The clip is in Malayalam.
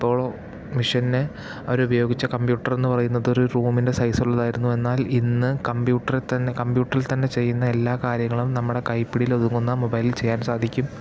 ആ അപ്പോളോ മിഷൻന് അവരുപയോഗിച്ച കമ്പ്യൂട്ടറെന്ന് പറയുന്നത് ഒരു റൂമിൻറ്റെ സൈസുള്ളതായിരുന്നു എന്നാൽ ഇന്ന് കമ്പ്യൂട്ടറിൽ തന്നേ കമ്പ്യൂട്ടറിൽ തന്നേ ചെയ്യുന്ന എല്ലാ കാര്യങ്ങളും നമ്മുടെ കൈപ്പിടിയിൽ ഒതുങ്ങുന്ന മൊബൈലിൽ ചെയ്യാൻ സാധിക്കും